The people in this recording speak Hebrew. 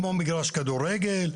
כמו מגרש כדורגל,